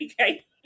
Okay